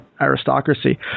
aristocracy